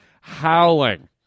howling